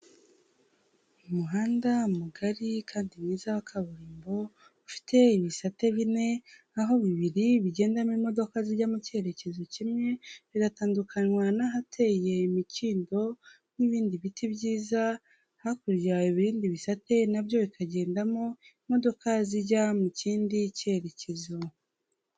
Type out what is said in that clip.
Umuhanda mugari kandi mwiza wa kaburimbo, ufite ibisate bine aho bibiri bigendamo imodoka zijya mu cyerekezo kimwe bigatandukanywa n'ahateye imikindo n'ibindi biti byiza, hakurya ibindi bisate nabyo bikagendamo imodoka zijya mu kindi cyerekezo.